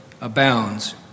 abounds